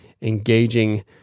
engaging